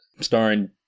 starring